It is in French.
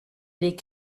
les